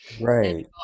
Right